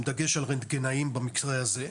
עם דגש על רנטגנאים במקרה הזה.